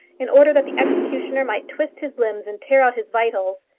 in order that the executioner might twist his limbs and tear out his vitals!